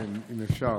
כן, אם אפשר.